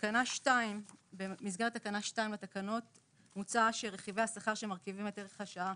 תקנה 2. במסגרת תקנה 2 לתקנות מוצע שרכיבי השכר שמרכיבים את ערך השעה,